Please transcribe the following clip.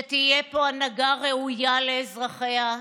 שתהיה פה הנהגה ראויה לאזרחיה,